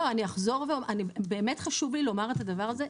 לא, אני אחזור, באמת חשוב לי לומר את הדבר הזה.